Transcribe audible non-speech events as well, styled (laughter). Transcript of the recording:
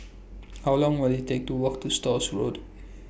(noise) How Long Will IT Take to Walk to Stores Road